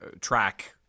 track